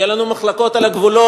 יהיו לנו מחלוקות על הגבולות,